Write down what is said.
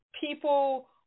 People